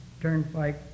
Turnpike